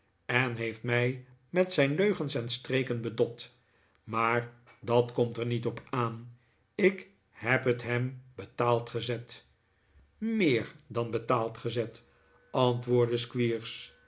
en heeft mij met zijn leugens en streken bedpt maar dat komt er niet op aan ik heb het hem betaald gezet meer dan betaald gezet antwoordde